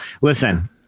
listen